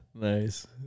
Nice